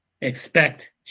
expect